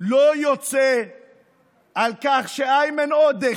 לא יוצא על כך שאיימן עודה,